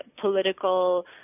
political